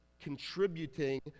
contributing